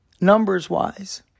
numbers-wise